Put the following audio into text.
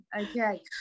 okay